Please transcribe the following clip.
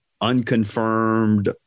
unconfirmed